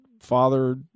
father